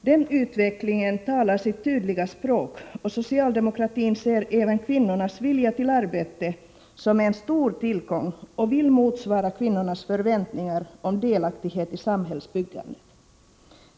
Den utvecklingen talar sitt tydliga språk, och socialdemokratin ser även kvinnornas vilja till arbete såsom en stor tillgång och vill motsvara kvinnornas förväntningar på delaktighet i samhällsbyggandet.